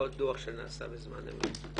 עוד דוח שנעשה בזמן אמת.